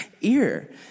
ear